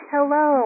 Hello